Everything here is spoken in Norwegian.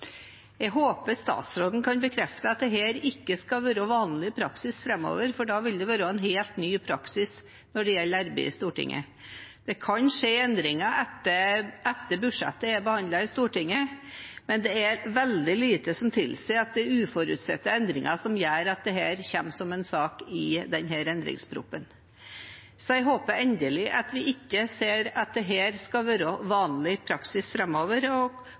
Jeg håper statsråden kan bekrefte at dette ikke skal være vanlig praksis framover, for da vil det være en helt ny praksis når det gjelder arbeidet i Stortinget. Det kan skje endringer etter at budsjettet er behandlet i Stortinget, men det er veldig lite som tilsier at det er uforutsette endringer som gjør at dette kommer som en sak i denne endringsproposisjonen. Så jeg håper inderlig at vi ikke ser at dette skal være vanlig praksis framover,